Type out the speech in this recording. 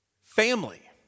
Family